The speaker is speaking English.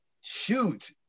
shoot